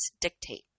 dictate